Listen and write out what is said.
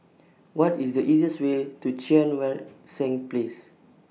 What IS The easiest Way to Cheang Wan Seng Place